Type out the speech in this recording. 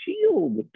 shield